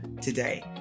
today